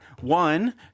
one